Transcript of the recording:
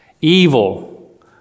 evil